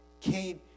came